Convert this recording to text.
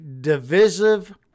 divisive